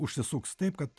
užsisuks taip kad